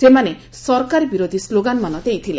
ସେମାନେ ସରକାର ବିରୋଧୀ ସ୍କୋଗାନ ଦେଇଥିଲେ